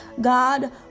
God